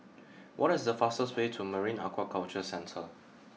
what is the fastest way to Marine Aquaculture Centre